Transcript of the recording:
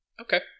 Okay